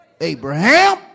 Abraham